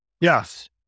Yes